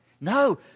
No